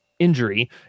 injury